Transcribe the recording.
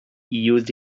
used